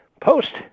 Post